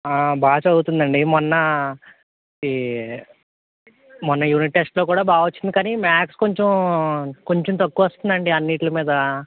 బాగా చదువుతుంది అండి మొన్న ఈ మొన్న యూనిట్ టెస్ట్లో కూడా బాగా వచ్చింది కానీ మాథ్స్ కొంచెం కొంచెం తక్కువ వస్తుంది అండి అన్నింటి మీద